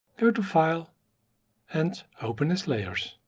go to file and open as layers.